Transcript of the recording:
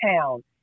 town